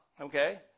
Okay